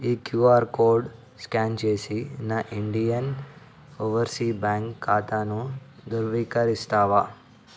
ఈ QR code scan చేసి నా ఇండియన్ ఓవర్సీస్ బ్యాంక్ ఖాతాను ధృవీకరిస్తావా